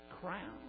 crown